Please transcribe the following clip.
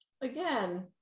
Again